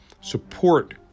support